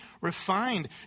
refined